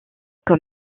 quand